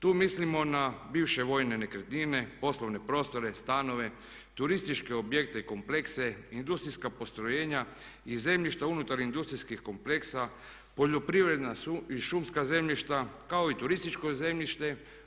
Tu mislimo na bivše vojne nekretnine, poslovne prostore, stanove, turističke objekte i komplekse, industrijska postrojenja i zemljišta unutar industrijskih kompleksa, poljoprivredna i šumska zemljišta kao i turističko zemljište.